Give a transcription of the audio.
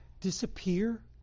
disappear